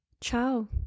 Ciao